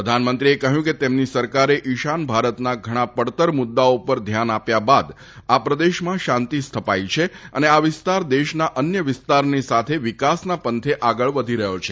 પ્રધાનમંત્રીએ કહ્યું કે તેમની સરકારે ઈશાન ભારતના ઘણા પડતર મુદ્દાઓ તરફ ધ્યાન આપ્યા બાદ આ પ્રદેશમાં શાંતિ સ્થપાય છે અને આ વિસ્તાર દેશના અન્ય વિસ્તારની સાથે વિકાસના પંથે આગળ વધી રહ્યો છે